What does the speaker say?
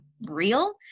real